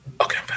Okay